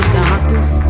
doctors